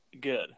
good